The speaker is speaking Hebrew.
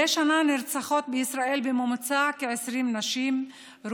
מדי שנה נרצחות בישראל 20נשים בממוצע,